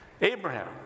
Abraham